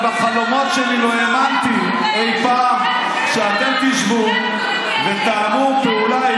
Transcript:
בחלומות שלי לא האמנתי אי פעם שאתם תשבו ותתאמו פעולה,